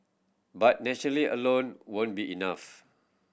but nation alone won't be enough